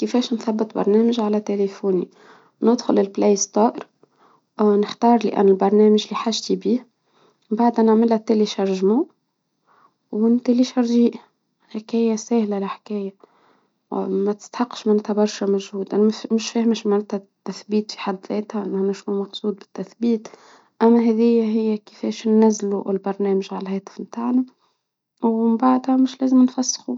كفاش نثبت برنامج على تليفوني؟ ندخل البلاي ستور أو نختار لي أنا البرنامج اللي حاجتي بيه بعد أن أعملها تلى شرجمو، حكاية سهلة الحكاية متستحقش منتا برشا مجهود، أنا مش فاهمه، شو معناتها التثبيت في حد ذاتها إن أنا شنو المقصود بالتثبيت، أما هذه هي كيفاش ننزله البرنامج على الهاتف بتاعنا ومن بعدها مش لازم نفسخوه.